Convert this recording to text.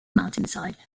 mountainside